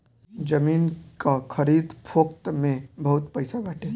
जमीन कअ खरीद फोक्त में बहुते पईसा बाटे